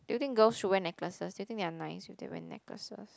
do you think girls should wear necklaces do you think they are nice if they wear necklaces